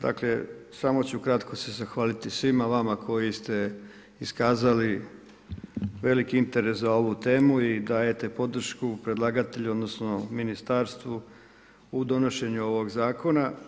Dakle, samo ću kratko se zahvaliti svima vama koji ste iskazali veliki interes za ovu temu i dajete podršku predlagatelju, odnosno ministarstvu u donošenju ovog zakona.